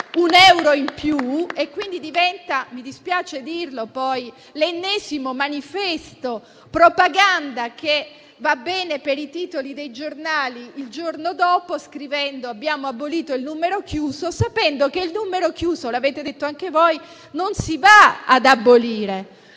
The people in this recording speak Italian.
un euro in più. Questo - mi dispiace dirlo - è l'ennesimo manifesto di propaganda, che va bene per i titoli dei giornali del giorno dopo («Abbiamo abolito il numero chiuso»), sapendo che il numero chiuso - l'avete detto anche voi - non lo si va ad abolire,